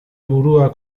burua